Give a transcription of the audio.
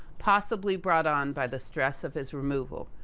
possibly, brought on by the stress of his removal,